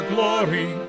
Glory